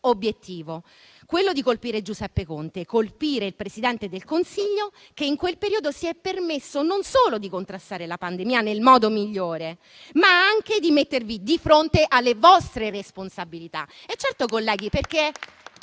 obiettivo, ossia colpire Giuseppe Conte, il Presidente del Consiglio che in quel periodo si è permesso non solo di contrastare la pandemia nel modo migliore, ma anche di mettervi di fronte alle vostre responsabilità. Colleghi, chi